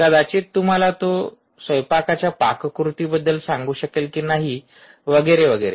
कदाचित तो तुम्हाला स्वयंपाकाच्या पाककृतीबद्दल सांगू शकेल की नाही वगैरे वगैरे